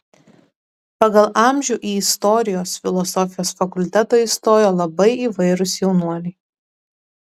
pagal amžių į istorijos filosofijos fakultetą įstojo labai įvairūs jaunuoliai